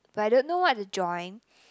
but I don't know what to join